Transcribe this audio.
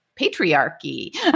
patriarchy